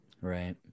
right